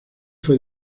fue